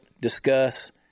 discuss